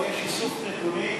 יש איסוף נתונים,